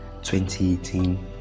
2018